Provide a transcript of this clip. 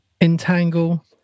entangle